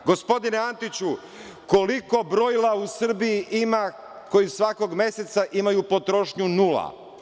Gospodine Antiću, koliko brojila u Srbiji ima koji svakog meseca imaju potrošnju nula?